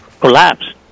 collapsed